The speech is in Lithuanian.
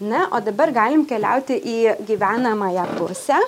na o dabar galim keliauti į gyvenamąją pusę